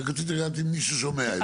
אני רק רציתי לדעת אם מישהו שומע את זה.